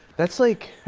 that's like,